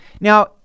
Now